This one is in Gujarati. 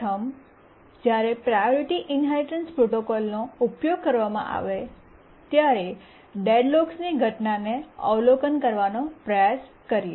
પ્રથમ જ્યારે પ્રાયોરિટી ઇન્હેરિટન્સ પ્રોટોકોલનો ઉપયોગ કરવામાં આવે ત્યારે ડેડલોક્સની ઘટનાને અવલોકન કરવાનો પ્રયાસ કરીએ